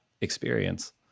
experience